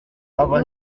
aba